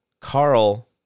Carl